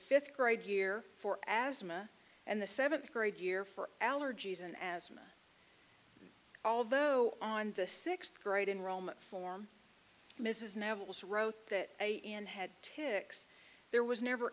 fifth grade year for asthma and the seventh grade year for allergies and asthma although on the sixth grade enrollment form mrs navitas wrote that a and had tics there was never